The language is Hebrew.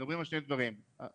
אם